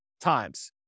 times